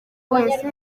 wese